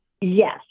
Yes